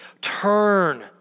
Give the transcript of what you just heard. turn